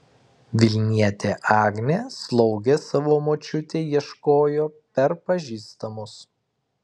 vilnietė agnė slaugės savo močiutei ieškojo per pažįstamus